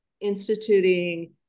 instituting